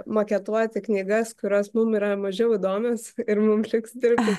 maketuoti knygas kurios mum yra mažiau įdomios ir mums liks dirbti